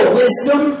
wisdom